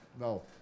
No